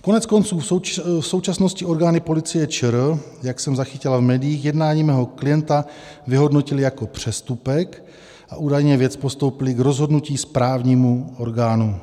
Koneckonců v současnosti orgány Policie ČR, jak jsem zachytila v médiích, jednání mého klienta vyhodnotily jako přestupek a údajně věc postoupily k rozhodnutí správnímu orgánu.